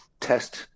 test